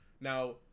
Now